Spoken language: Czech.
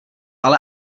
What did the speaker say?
ale